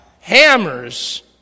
Hammers